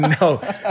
No